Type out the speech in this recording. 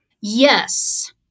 Yes